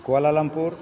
Kuala Lumpur